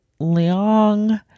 Leong